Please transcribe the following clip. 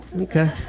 Okay